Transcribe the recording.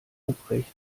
ruprecht